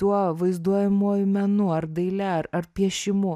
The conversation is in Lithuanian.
tuo vaizduojamuoju menu ar daile ar piešimu